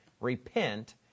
Repent